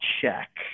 check